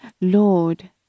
Lord